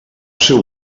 seu